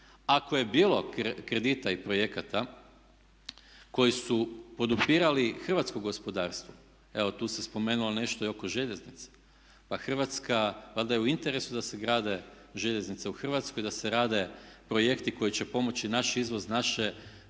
Ako je bilo kredita i projekata koji su podupirali hrvatsko gospodarstvo, evo tu se spomenulo nešto i oko željeznica. Pa Hrvatska, valjda je u interesu da se grade željeznice u Hrvatskoj i da se grade projekti koji će pomoći naš izvoz, naše proizvode